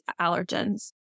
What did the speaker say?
allergens